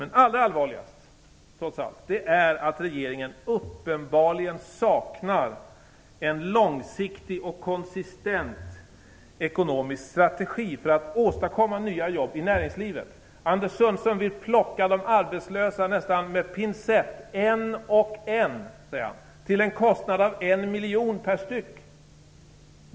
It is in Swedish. Men allra allvarligast är att regeringen uppenbarligen saknar en långsiktig och konsistent ekonomisk strategi för att åstadkomma nya jobb i näringslivet. Anders Sundström vill nästan plocka de arbetslösa med pincett - en och en, säger han - till en kostnad av 1 miljon styck.